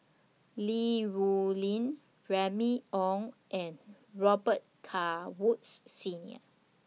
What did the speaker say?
Li Rulin Remy Ong and Robet Carr Woods Senior